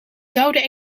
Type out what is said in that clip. zouden